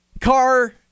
car